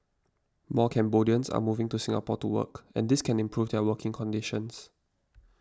more Cambodians are moving to Singapore to work and this can improve their working conditions